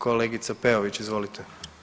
Kolegice Peović, izvolite.